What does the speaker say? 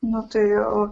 nu tai